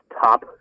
top